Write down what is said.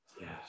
Yes